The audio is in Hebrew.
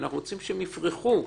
אנחנו רוצים שהם יפרחו.